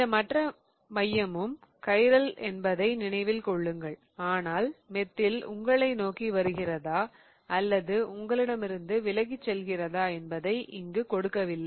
இந்த மற்ற மையமும் கைரல் என்பதை நினைவில் கொள்ளுங்கள் ஆனால் மெத்தில் உங்களை நோக்கி வருகிறதா அல்லது உங்களிடமிருந்து விலகிச் செல்கிறதா என்பதை இங்கு கொடுக்கவில்லை